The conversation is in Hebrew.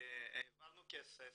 העברנו כסף.